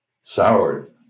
soured